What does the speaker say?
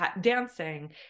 dancing